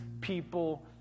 people